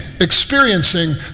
experiencing